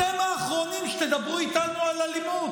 אתם האחרונים שתדברו איתנו על אלימות.